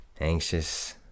anxious